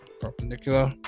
perpendicular